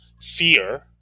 fear